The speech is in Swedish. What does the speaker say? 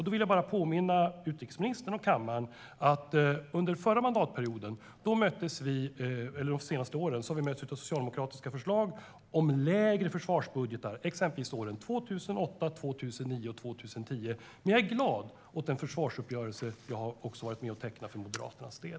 Då vill jag bara påminna utrikesministern och kammaren om att under de senaste åren har vi mötts av socialdemokratiska förslag om lägre försvarsbudgetar, exempelvis åren 2008, 2009 och 2010. Men jag är glad åt den försvarsuppgörelse jag har varit med och tecknat för Moderaternas del.